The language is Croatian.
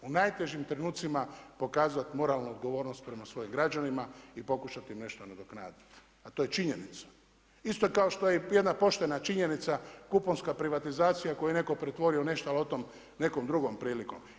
U najtežim trenutcima pokazat moralnu odgovornost prema svojim građanima i pokušati im nešto nadoknaditi a to je činjenica, isto kao što je i jedna poštena činjenica kuponska privatizacija koju je netko pretvorio u nešto, ali o tom nekom drugom prilikom.